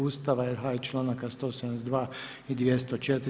Ustava RH i članaka 172. i 204.